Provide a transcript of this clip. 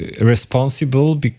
responsible